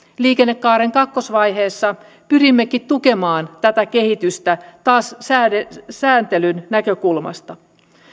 liikennekaaren kakkosvaiheessa pyrimmekin tukemaan tätä kehitystä taas sääntelyn sääntelyn näkökulmasta